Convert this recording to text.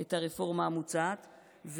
את הרפורמה המוצעת,